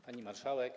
Pani Marszałek!